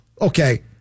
Okay